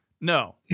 No